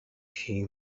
she